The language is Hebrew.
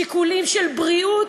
שיקולים של בריאות,